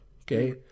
okay